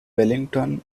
wellington